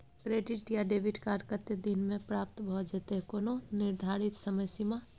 Credit या debit card कत्ते दिन म प्राप्त भ जेतै, कोनो निर्धारित समय सीमा?